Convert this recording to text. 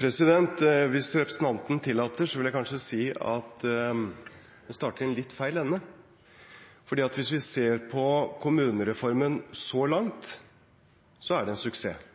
Hvis representanten tillater, vil jeg kanskje si at hun starter i litt feil ende. Hvis vi ser på kommunereformen så langt, er det en suksess.